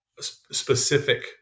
specific